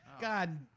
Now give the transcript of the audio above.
God